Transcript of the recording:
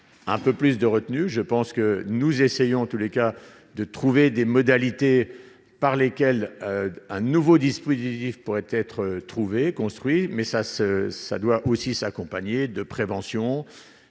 Un peu plus de retenue, je pense que nous essayons, en tous les cas de trouver des modalités par lesquelles un nouveau dispositif pourrait être trouvée construit mais ça se ça doit aussi s'accompagner de prévention